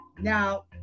Now